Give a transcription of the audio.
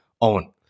Owen